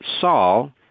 Saul